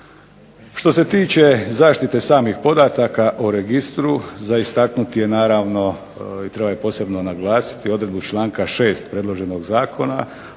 Što se tiče zaštite samih podataka o registru za istaknuti je naravno i treba i posebno naglasiti odredbu iz članka 6. predloženog zakona,